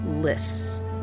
lifts